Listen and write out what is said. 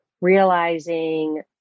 realizing